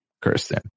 Kirsten